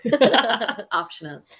Optional